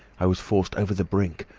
i was forced over the brink,